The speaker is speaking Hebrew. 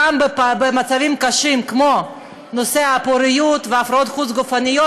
גם במצבים קשים כמו נושא הפוריות והפריות חוץ-גופיות,